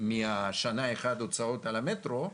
משנה אחת של הוצאות על המטרו,